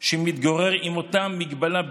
עם אותה מגבלה בדיוק,